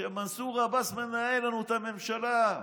שמנסור עבאס מנהל לנו את הממשלה,